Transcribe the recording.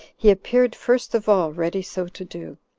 he appeared first of all ready so to do,